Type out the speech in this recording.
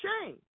change